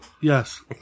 Yes